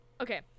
okay